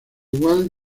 igual